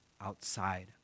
outside